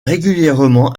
régulièrement